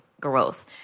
growth